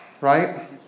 right